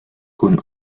con